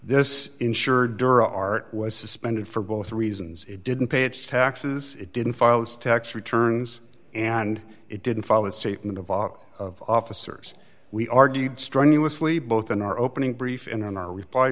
this ensure dura art was suspended for both reasons it didn't pay its taxes it didn't file its tax returns and it didn't follow a statement of our officers we argued strenuously both in our opening brief in our reply